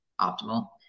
optimal